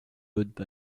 haute